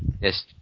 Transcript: Yes